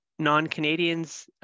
non-Canadians